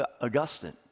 Augustine